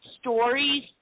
stories